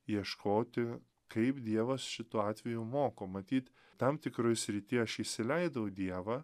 ieškoti kaip dievas šituo atveju moko matyt tam tikroj srity aš įsileidau dievą